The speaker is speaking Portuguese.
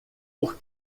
por